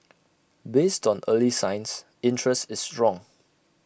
based on early signs interest is strong